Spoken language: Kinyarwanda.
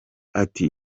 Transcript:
ati